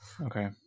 Okay